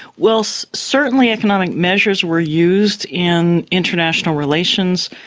well, so certainly economic measures were used in international relations,